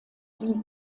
sie